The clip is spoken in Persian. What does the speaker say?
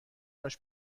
هاش